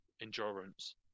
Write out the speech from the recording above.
endurance